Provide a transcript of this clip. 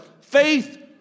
faith